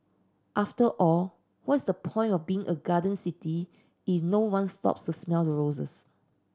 after all what's the point of being a garden city if no one stops smell the roses